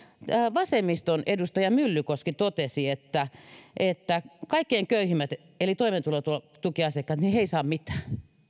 vasemmiston edustaja yrttiaho totesi että että kaikkein köyhimmät eli toimeentulotukiasiakkaat eivät saa mitään